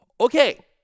Okay